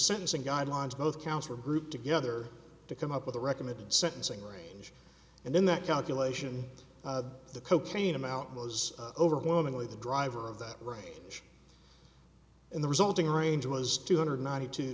sentencing guidelines both counts were grouped together to come up with a recommended sentencing range and in that calculation the cocaine amount was overwhelmingly the driver of that range and the resulting range was two hundred ninety two